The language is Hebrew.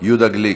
יהודה גליק,